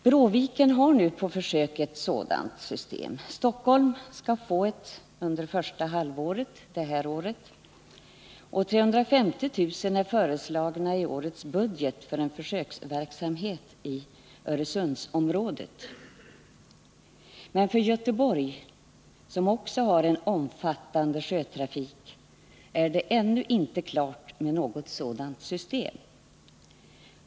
Bråviken har nu på försök ett sådant system, Stockholm skall få ett under första halvåret detta år och 350 000 kr. är föreslagna i årets budget för en försöksverksamhet i Öresundsområdet. Men för Göteborg, som också har en omfattande sjötrafik, är något sådant system ännu inte klart.